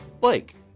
Blake